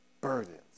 burdens